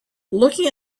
looking